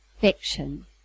fiction